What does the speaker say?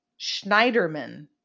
Schneiderman